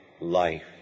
life